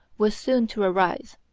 was soon to arise.